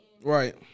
Right